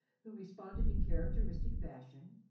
who responded in characteristic fashion